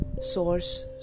source